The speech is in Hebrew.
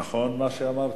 נכון מה שאמרתי?